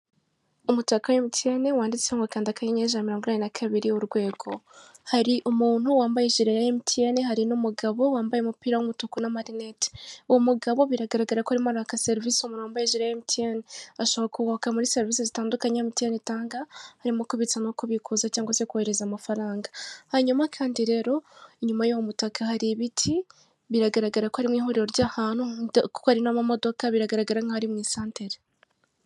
Umutaka wa emutiyeni wanditseho ngo kanda akanyenyeri ijana na mirongo inani na kabiri, urwego, hari umuntu wambaye ijire ya emutiyeni hari n'umugabo wambaye umupira w'umutuku n'amarinete. Uwo mugabo biragaragara ko arimo araka serivise umuntu wambaye ijire ya emutiyeni. Ashobora kumwaka serivise zitandukanye emutiyeni itanga harimo kubitsa no kubikuza cyangwa se kohereza amafaranga. Hanyuma kandi rero inyuma y'uwo mutaka hari ibiti biragaragara ko ari mu ihuriro ry'ahantu kuko hari n'amamodoka biragaragara nkaho ari mu isantere.